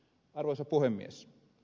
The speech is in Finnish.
arvoisa puhemies